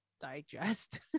digest